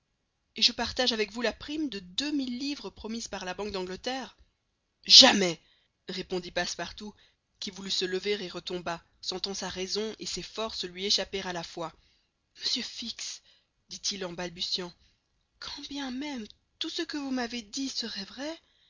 et je partage avec vous la prime de deux mille livres promise par la banque d'angleterre jamais répondit passepartout qui voulut se lever et retomba sentant sa raison et ses forces lui échapper à la fois monsieur fix dit-il en balbutiant quand bien même tout ce que vous m'avez dit serait vrai